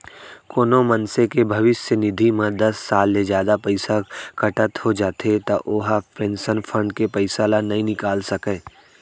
कोनो मनसे के भविस्य निधि म दस साल ले जादा पइसा कटत हो जाथे त ओ ह पेंसन फंड के पइसा ल नइ निकाल सकय